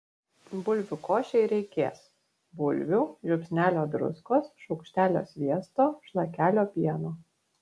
bulvių košei reikės bulvių žiupsnelio druskos šaukštelio sviesto šlakelio pieno